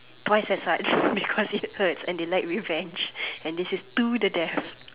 twice as hard because it hurts and they like revenge and this is to the death